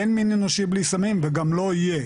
אין מין אנושי בלי סמים וגם לא יהיה